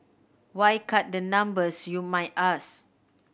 why cut the numbers you might ask